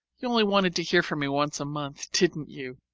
you only wanted to hear from me once a month, didn't you?